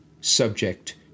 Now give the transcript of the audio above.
subject